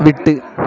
விட்டு